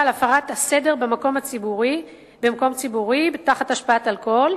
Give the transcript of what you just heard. על הפרת הסדר במקום ציבורי תחת השפעת אלכוהול,